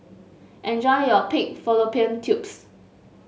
enjoy your Pig Fallopian Tubes